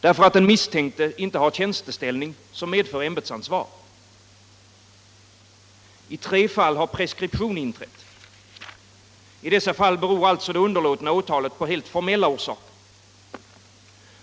därför att den misstänkte inte har tjänsteställning som medför ämbetsansvar. I tre fall har preskription inträtt. I dessa fall har alltså det underlåtna åtalet formella orsaker.